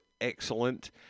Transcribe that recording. excellent